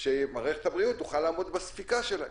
כדי שמערכת הבריאות תוכל לעמוד בספיקה שלהם.